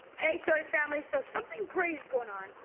hey soty family, so something crazy's going on.